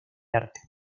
arte